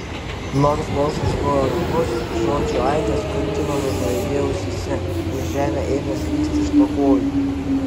nors balsas buvo ramus žodžių aidas kurtinamai nuaidėjo ausyse ir žemė ėmė slysti iš po kojų